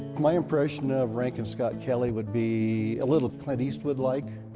my impression of rankin scott kelley would be a little clint eastwood like.